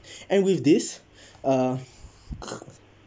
and with this uh